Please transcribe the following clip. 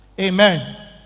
Amen